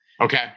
Okay